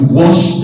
wash